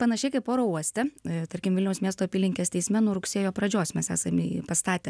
panašiai kaip oro uoste tarkim vilniaus miesto apylinkės teisme nuo rugsėjo pradžios mes esame pastatę